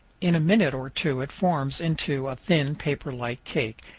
in a minute or two it forms into a thin paper-like cake,